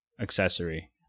accessory